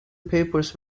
papers